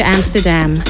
Amsterdam